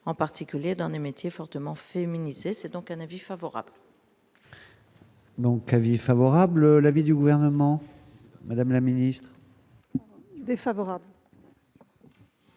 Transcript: en particulier dans des métiers fortement féminisée, c'est donc un avis favorable. Donc, avis favorable, l'avis du gouvernement, Madame la ministre. Défavorable.